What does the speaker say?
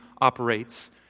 operates